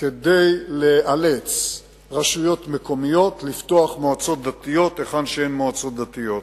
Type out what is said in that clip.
כדי לאלץ רשויות מקומיות לפתוח מועצות דתיות היכן שאין מועצות דתיות.